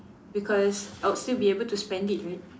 because I would still be able to spend it right